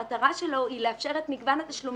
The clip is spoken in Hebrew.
המטרה שלו היא לאפשר את מגוון התשלומים.